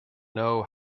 know